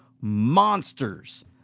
monsters